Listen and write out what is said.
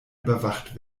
überwacht